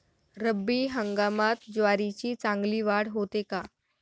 रब्बी हंगामात ज्वारीची चांगली वाढ होते का?